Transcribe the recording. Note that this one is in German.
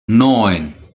neun